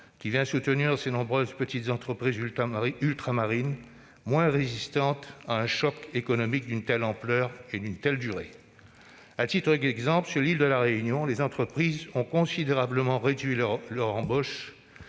qui vient soutenir les nombreuses petites entreprises ultramarines, moins résistantes à un choc économique d'une telle ampleur et d'une telle durée. À titre d'exemple, sur l'île de la Réunion, les entreprises ont considérablement réduit leurs embauches